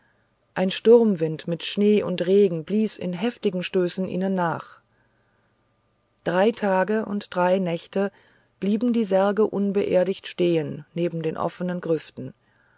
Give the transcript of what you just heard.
ein sturmwind mit schnee und regen blies in heftigen stößen ihnen nach drei tage und drei nächte blieben die särge unbeerdigt stehen neben den offenen grüften